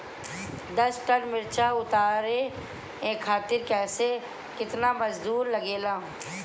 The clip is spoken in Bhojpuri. दस टन मिर्च उतारे खातीर केतना मजदुर लागेला?